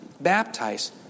baptize